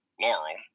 Laurel